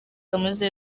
kaminuza